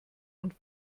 und